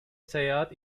seyahat